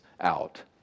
out